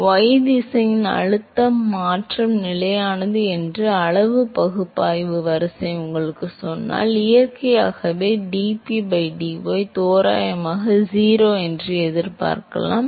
எனவே y திசையில் அழுத்தம் மாற்றம் நிலையானது என்று அளவு பகுப்பாய்வு வரிசை உங்களுக்குச் சொன்னால் இயற்கையாகவே dP by dy தோராயமாக 0 என்று எதிர்பார்க்கலாம்